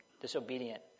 Disobedient